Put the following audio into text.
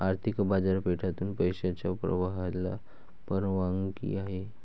आर्थिक बाजारपेठेतून पैशाच्या प्रवाहाला परवानगी आहे